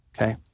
okay